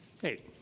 Hey